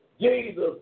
Jesus